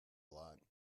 lot